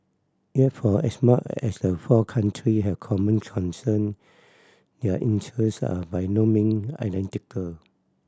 yet for as much as the four country have common concern their interest are by no mean identical